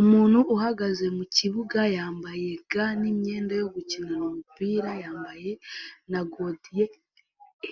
Umuntu uhagaze mu kibuga yambaye ga n'iyenda yo gukinana umupira, yambaye na godiye,